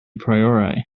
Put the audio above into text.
priori